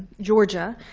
georgia.